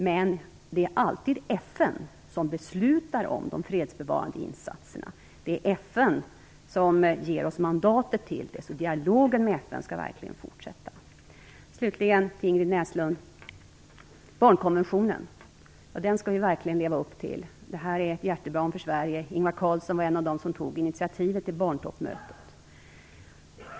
Men det är alltid FN som beslutar om de fredsbevarande insatserna, och det är FN som ger oss mandat, så dialogen med FN skall verkligen fortsätta. Till Ingrid Näslund vill jag säga att vi i Sverige verkligen skall leva upp till barnkonventionen. Detta är en hjärtefråga för Sverige. Ingvar Carlsson var en av de som tog initiativet till barntoppmötet.